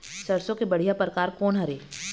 सरसों के बढ़िया परकार कोन हर ये?